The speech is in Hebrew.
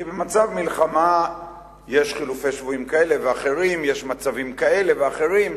כי במצב מלחמה יש חילופי שבויים כאלה ואחרים ויש מצבים כאלה ואחרים,